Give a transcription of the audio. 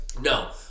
no